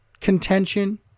contention